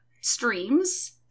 Streams